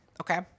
okay